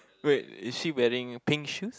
wait is she wearing pink shoes